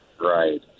Right